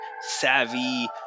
savvy